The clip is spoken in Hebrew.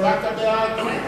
הצבעת בעד.